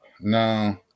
No